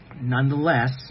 nonetheless